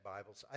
Bibles